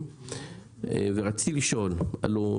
ורציתי לשאול: הלא,